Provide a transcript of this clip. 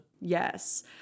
Yes